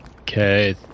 Okay